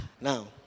Now